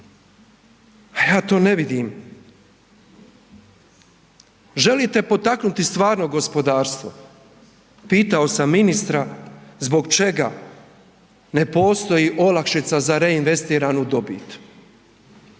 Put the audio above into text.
a ja to ne vidim. Želite potaknuti stvarno gospodarstvo, pitao sam ministra zbog čega ne postoji olakšica za reinvestiranu dobit,